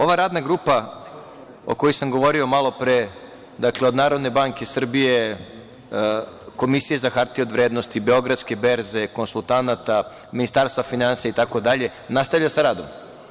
Ova radna grupa, o kojoj sam govorio malopre, od NBS, Komisije za hartije od vrednosti, Beogradske berze konsultanata, Ministarstva finansija itd, nastavlja sa radom.